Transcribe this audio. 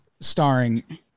starring